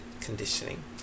conditioning